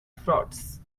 frauds